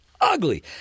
Ugly